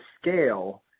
scale